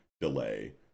delay